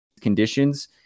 conditions